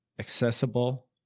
accessible